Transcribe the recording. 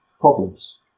problems